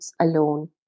alone